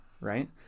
right